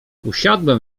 usiadłem